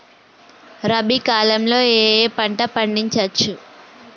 రబీ కాలంలో ఏ ఏ పంట పండించచ్చు?